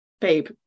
babe